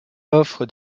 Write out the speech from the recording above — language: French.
offre